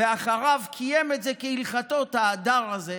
אחריו קיים את זה כהלכתו, את ההדר הזה,